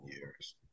years